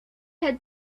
had